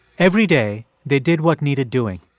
every day, they did what needed doing.